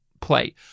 play